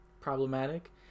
problematic